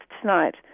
tonight